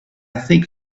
think